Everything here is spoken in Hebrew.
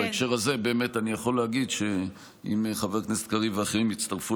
בהקשר הזה אני יכול להגיד שאם חבר הכנסת קריב ואחרים יצטרפו